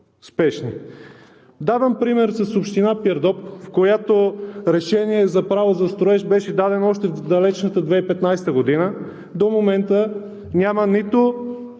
Давам пример с община Пирдоп, в която решение за право за строеж беше дадено още в далечната 2015 г. До момента няма нито